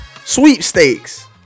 sweepstakes